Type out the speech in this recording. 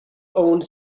owned